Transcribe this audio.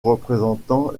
représentant